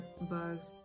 bugs